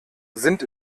sind